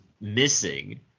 missing